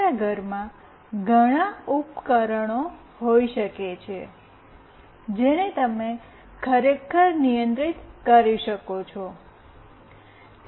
તમારા ઘરમાં ઘણા ઉપકરણો હોઈ શકે છે જેને તમે ખરેખર નિયંત્રિત કરી શકો છો